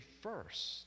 first